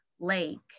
lake